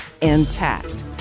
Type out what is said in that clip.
intact